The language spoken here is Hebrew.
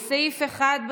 בסעיף 1,